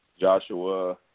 Joshua